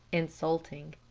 insulting.